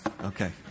Okay